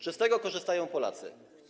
Czy z tego korzystają Polacy?